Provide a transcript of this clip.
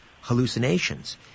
hallucinations